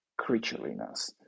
creatureliness